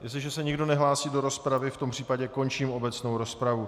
Jestliže se nikdo nehlásí do rozpravy, v tom případě končím obecnou rozpravu.